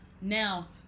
Now